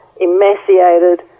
emaciated